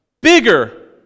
Bigger